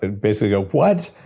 ah basically go, what?